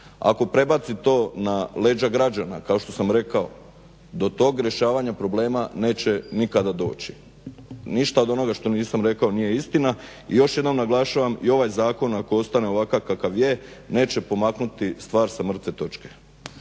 Ako prebaci to na leđa građana kao što sam rekao do tog rješavanja problema neće nikada doći. Ništa od onoga što sam rekao nije istina i još jednom naglašavam i ovaj zakon ako ostane ovakav kakav je neće pomaknuti stvar sa mrtve točke.